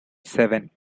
seven